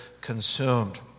consumed